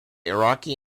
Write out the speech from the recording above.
iraqi